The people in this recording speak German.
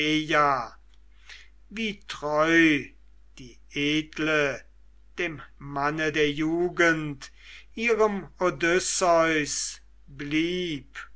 wie treu die edle dem manne der jugend ihrem odysseus blieb